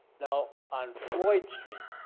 now on floyd street,